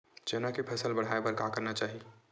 चना के फसल बढ़ाय बर का करना चाही?